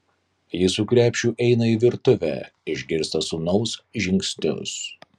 ji su krepšiu eina į virtuvę išgirsta sūnaus žingsnius